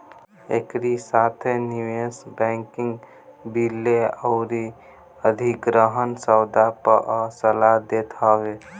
एकरी साथे निवेश बैंकिंग विलय अउरी अधिग्रहण सौदा पअ सलाह देत हवे